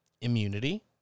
immunity